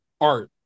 art